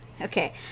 Okay